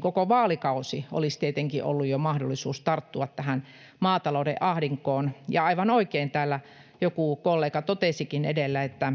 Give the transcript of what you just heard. koko vaalikausi olisi tietenkin ollut jo mahdollista tarttua tähän maatalouden ahdinkoon. Aivan oikein täällä joku kollega totesikin edellä, että